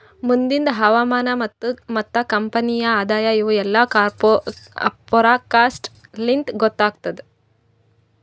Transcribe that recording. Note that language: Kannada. ಮುಂದಿಂದ್ ಹವಾಮಾನ ಮತ್ತ ಕಂಪನಿಯ ಆದಾಯ ಇವು ಎಲ್ಲಾ ಫೋರಕಾಸ್ಟ್ ಲಿಂತ್ ಗೊತ್ತಾಗತ್ತುದ್